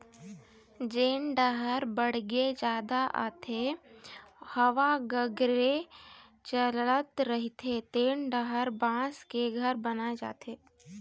जेन डाहर बाड़गे जादा आथे, हवा गरेर चलत रहिथे तेन डाहर बांस के घर बनाए जाथे